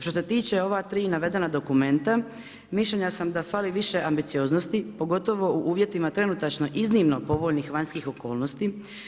Što se tiče ova tri navedena dokumenta mišljenja sam da fali više ambicioznosti pogotovo u uvjetima trenutačno iznimno povoljnih vanjskih okolnosti.